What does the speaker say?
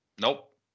Nope